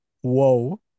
whoa